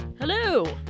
Hello